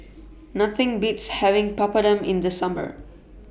Nothing Beats having Papadum in The Summer